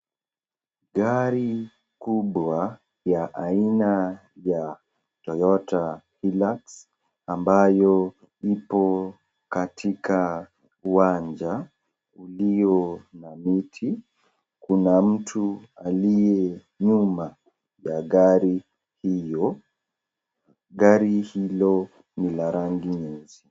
Gari kubwa ya aina ya aiana ya Toyota Hillux amabayo ipo katika uwanja ulio na miti. Kuna mtu aliyenyuma ya gari hilo. Gari hilo ni la rangi nyeusi.